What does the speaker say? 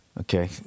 Okay